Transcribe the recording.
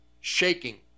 shaking